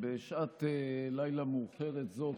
בשעת לילה מאוחרת זו,